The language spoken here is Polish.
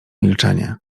milczenie